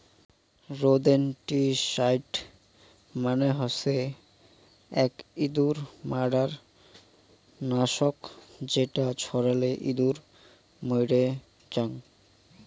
rodenticide মানে হসে আক ইঁদুর মারার নাশক যেটা ছড়ালে ইঁদুর মইরে জাং